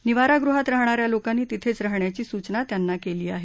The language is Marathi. निवारागृहात राहणाऱ्या लोकांनी तिथेच राहण्याची सूचना त्यांनी केली आहे